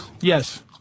Yes